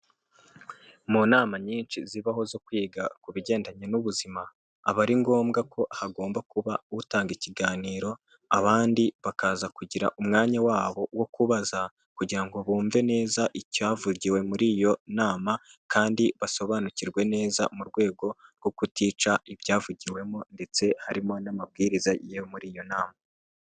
Mu nama nyinshi zibaho zo kwiga ku bigendanye n'ubuzima aba ari ngombwa ko hagomba kuba utanga ikiganiro abandi bakaza kugira umwanya wabo wo kubaza kugira ngo bumve neza icyavugiwe muri iyo nama kandi basobanukirwe neza mu rwego rwo kutica ibyavugiwemo ndetse harimo n'amabwiriza yo muri iyo nama.